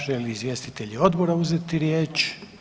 Žele li izvjestitelji odbora uzeti riječ?